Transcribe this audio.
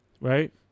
right